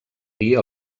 dir